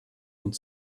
und